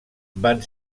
van